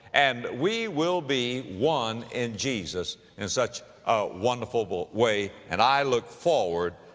and we will be one in jesus in such a wonderful bul, way, and i look forward,